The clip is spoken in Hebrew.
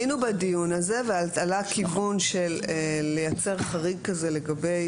היינו בדיון הזה ועלה כיוון של לייצר חריג כזה לגבי